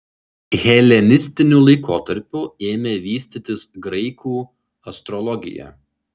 helenistiniu laikotarpiu ėmė vystytis graikų astrologija